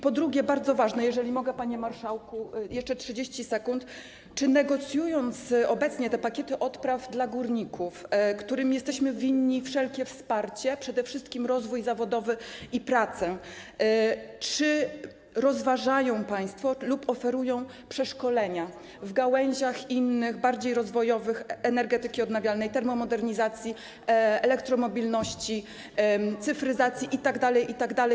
Po drugie, co jest bardzo ważne - jeżeli mogę, panie marszałku, jeszcze 30 sekund - czy negocjując obecnie te pakiety odpraw dla górników, którym jesteśmy winni wszelkie wsparcie, przede wszystkim rozwój zawodowy i pracę, rozważają państwo lub oferują przeszkolenia w gałęziach innych, bardziej rozwojowych energetyki odnawialnej, termomodernizacji, elektromobilności, cyfryzacji itd., itd?